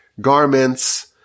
garments